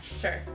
sure